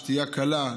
שתייה קלה,